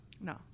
No